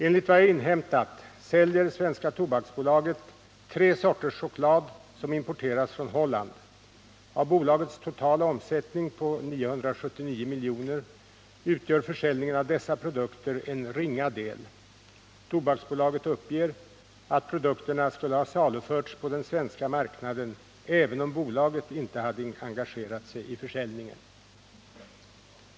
Enligt vad jag inhämtat säljer Svenska Tobaks AB tre sorters choklad som importeras från Holland. Av bolagets totala omsättning på 979 milj.kr. utgör försäljningen av dessa produkter en ringa del. Tobaksbolaget uppger att dessa produkter skulle ha saluförts på den svenska marknaden även om bolaget inte hade engagerat sig i försäljningen.